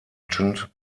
agent